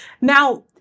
Now